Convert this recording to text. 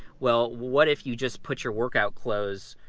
well, what if you just put your workout clothes